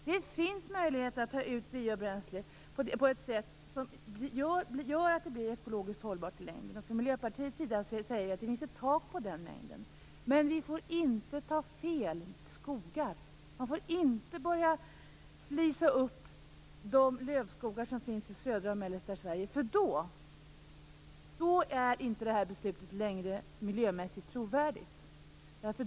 Det finns möjligheter att ta ut biobränsle på ett sätt som gör att det blir ekologiskt hållbart i längden. Från Miljöpartiets sida säger vi att det finns ett tak för den mängden. Men vi får inte ta fel skogar! Vi får inte börja flisa upp de lövskogar som finns i södra och mellersta Sverige, för då är det här beslutet inte längre miljömässigt trovärdigt.